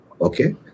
Okay